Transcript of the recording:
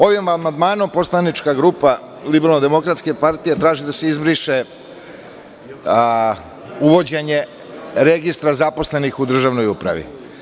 Ovim amandmanom poslanička grupa LDP traži da se izbriše uvođenje registra zaposlenih u državnoj upravi.